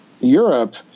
Europe